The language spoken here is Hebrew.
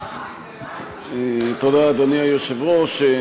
תודה, אדוני היושב-ראש.